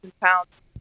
pounds